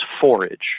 forage